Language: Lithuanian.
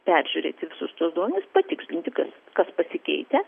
peržiūrėti visus tuos duomenis patikslinti kas kas pasikeitę